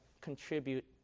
contribute